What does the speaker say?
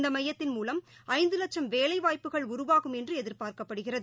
இந்த மையத்தின் மூவம் ஐந்து வட்சம்வேலைவாய்ப்புகள் உருவாகும் என்று எதிர்பார்க்கப்படுகிறது